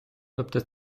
тобто